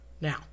now